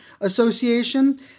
association